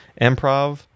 improv